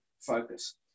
focus